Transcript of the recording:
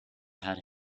had